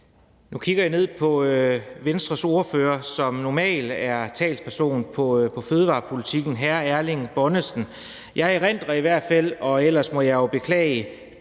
Nu kigger jeg ned på Venstres ordfører, som normalt er talsperson på fødevarepolitikken, hr. Erling Bonnesen. Jeg erindrer i hvert fald – og ellers må jeg jo beklage